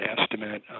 estimate